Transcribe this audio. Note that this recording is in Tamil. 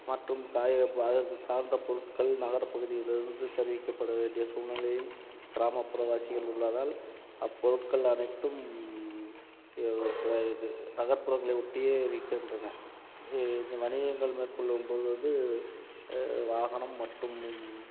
மற்றும் அதுக்கு சார்ந்த பொருட்கள் நகர்ப்பகுதியிலேருந்து தெரிவிக்கப்படவேண்டிய சூழ்நிலையில் கிராமப்புறவாசிகள் உள்ளதால் அப்பொருட்கள் அனைத்தும் இது நகர்ப்புறங்களை ஒட்டியே இருக்கின்றன இ இது வணிகங்கள் மேற்கொள்ளும்பொழுது வாகனம் மற்றும்